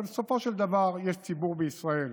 אבל סופו של דבר יש ציבור בישראל.